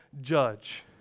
judge